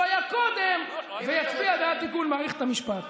שהוא היה קודם ויצביע בעד תיקון מערכת המשפט.